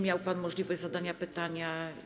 Miał pan możliwość zadania pytania.